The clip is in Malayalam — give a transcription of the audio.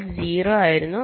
അത് 0 ആയിരുന്നു